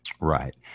Right